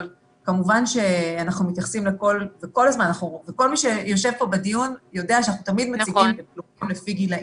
אבל כמובן שכל מי שיושב כאן בדיוק יודע שאנחנו תמיד מציגים לפי גילאים.